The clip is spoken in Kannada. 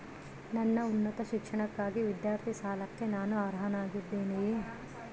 ನನ್ನ ಉನ್ನತ ಶಿಕ್ಷಣಕ್ಕಾಗಿ ವಿದ್ಯಾರ್ಥಿ ಸಾಲಕ್ಕೆ ನಾನು ಅರ್ಹನಾಗಿದ್ದೇನೆಯೇ?